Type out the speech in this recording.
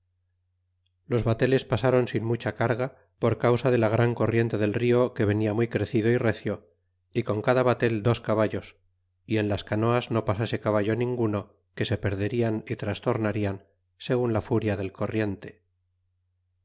los bateles pasron sin mucha carga por causa de la gran corriente del rio que venia muy crecido y recio y con cada batel dos caballos y en las canoas no pasase caballo ninguno que se perderian y trastornarian segun la furia del corriente